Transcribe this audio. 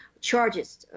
charges